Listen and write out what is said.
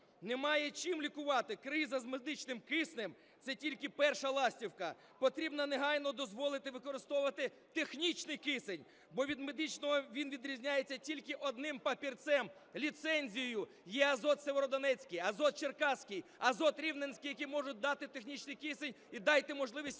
Немає чим лікувати. Криза з медичним киснем – це тільки перша ластівка. Потрібно негайно дозволити використовувати технічний кисень, бо від медичного він відрізняється тільки одним папірцем – ліцензією. Є "Азот" сєвєродонецький, "Азот" черкаський, "Азот" рівненський, які можуть дати технічний кисень. І дайте можливість